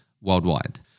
worldwide